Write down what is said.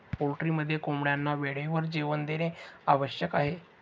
पोल्ट्रीमध्ये कोंबड्यांना वेळेवर जेवण देणे आवश्यक आहे